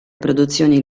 produzioni